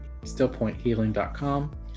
stillpointhealing.com